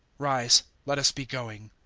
rise, let us be going.